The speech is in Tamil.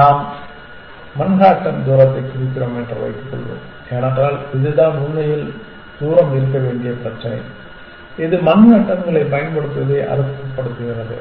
நாம் மன்ஹாட்டன் தூரத்தை குறிக்கிறோம் என்று வைத்துக் கொள்வோம் ஏனென்றால் இதுதான் உண்மையில் தூரம் இருக்க வேண்டிய பிரச்சினை இது மன்ஹாட்டன்களைப் பயன்படுத்துவதை அர்த்தப்படுத்துகிறது